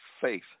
faith